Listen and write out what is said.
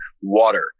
water